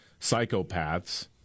psychopaths